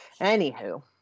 Anywho